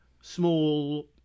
small